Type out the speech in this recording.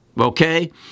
Okay